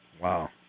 Wow